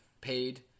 paid